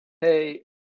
hey